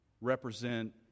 represent